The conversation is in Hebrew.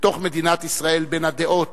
בתוך מדינת ישראל, בין הדעות